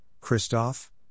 Christoph